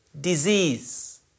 disease